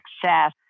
success